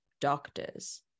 doctors